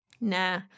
nah